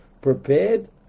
prepared